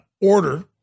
order